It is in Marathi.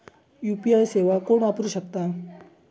यू.पी.आय सेवा कोण वापरू शकता?